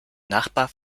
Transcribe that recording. nachbar